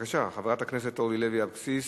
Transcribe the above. ותעבור לוועדת הכלכלה להמשך דיון, במידת הצורך.